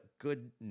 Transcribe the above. good